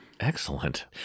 Excellent